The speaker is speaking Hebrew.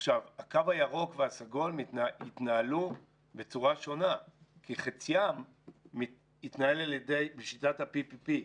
הקו הירוק והסגול יתנהלו בצורה שונה כי חציים יתנהל בשיטת ה-PPP.